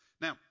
Now